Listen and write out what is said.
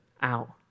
out